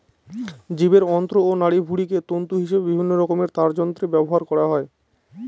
জীবের অন্ত্র ও নাড়িভুঁড়িকে তন্তু হিসেবে বিভিন্নরকমের তারযন্ত্রে ব্যবহার করা হয়